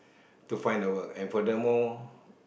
to find a work and furthermore